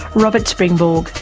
robert springborg,